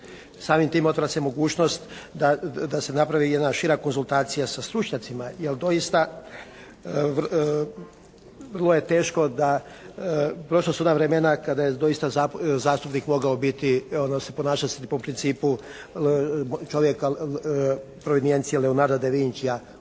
Samim time otvara se mogućnost da se napravi jedna šira konzultacija sa stručnjacima, jer doista vrlo je teško da, prošla su ona vremena kada je doista zastupnik mogao biti, odnosno ponašati se po principu čovjeka provenijencije Leonarda de Vincija